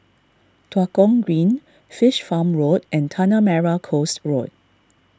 Tua Kong Green Fish Farm Road and Tanah Merah Coast Road